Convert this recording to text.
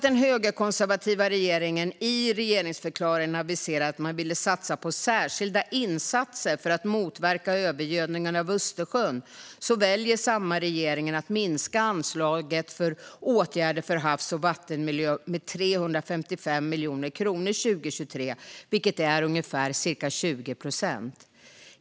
Den högerkonservativa regeringen aviserade i regeringsförklaringen att man ville satsa på särskilda insatser för att motverka övergödningen av Östersjön. Trots det väljer samma regering att minska anslaget för åtgärder för havs och vattenmiljö med 355 miljoner kronor 2023. Det är ungefär 20 procent.